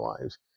lives